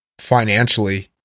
financially